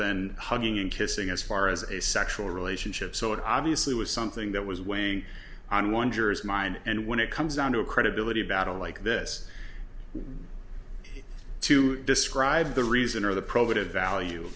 than hugging and kissing as far as a sexual relationship so it obviously was something that was weighing on one juror's mind and when it comes down to a credibility battle like this to describe the reason or the probative value